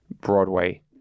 Broadway